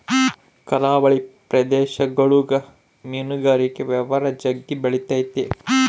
ಕರಾವಳಿ ಪ್ರದೇಶಗುಳಗ ಮೀನುಗಾರಿಕೆ ವ್ಯವಹಾರ ಜಗ್ಗಿ ಬೆಳಿತತೆ